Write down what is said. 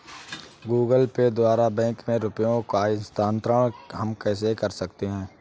Google Pay द्वारा bank में रुपयों का स्थानांतरण हम कैसे कर सकते हैं?